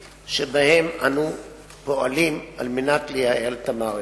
אנו פועלים על מנת לייעל את המערכת: